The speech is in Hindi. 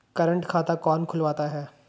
करंट खाता कौन खुलवाता है?